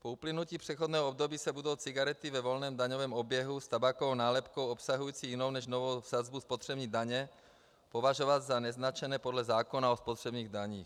Po uplynutí přechodného období se budou cigarety ve volném daňovém oběhu s tabákovou nálepkou obsahující jinou než novou sazbu spotřební daně považovat za neznačené podle zákona o spotřební dani.